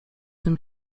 nym